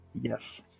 Yes